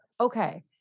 Okay